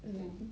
then